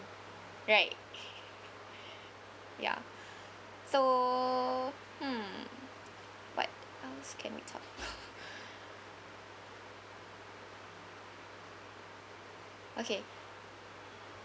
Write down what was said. right ya so hmm what else can we talk about okay